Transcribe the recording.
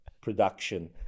production